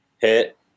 hit